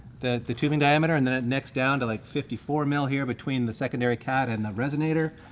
the the tubing diameter, and then it necks down to like fifty four mil here between the secondary cat and the resonator.